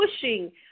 pushing